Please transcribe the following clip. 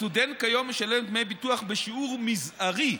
סטודנט כיום משלם דמי ביטוח בשיעור מזערי,